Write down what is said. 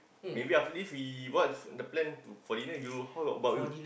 maybe after this we what's the plan to for dinner you how about you